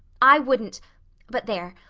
i wouldn't but there!